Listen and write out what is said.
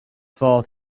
fall